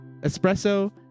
Espresso